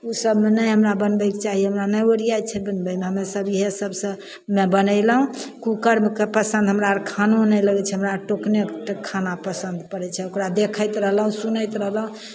उसबमे नहि हमरा बनबयके चाही हमरा नहि ओरियाइ छै बनबयमे हम्मे सब इएह सबसँ बनेलहुँ कूकरमे के पसन्द हमरा अर खानो नीक नहि लगय छै हमरा टोकनेके खाना पसन्द पड़य छै ओकरा देखैत रहलहुँ सुनैत रहलहुँ